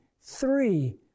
three